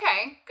Okay